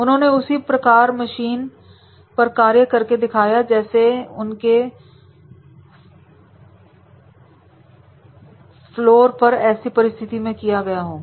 उन्होंने उसी प्रकार मशीन पर कार्य करके दिखाया जैसे उनके फ्रॉक फ्लोर पर ऐसी परिस्थिति में किया जाता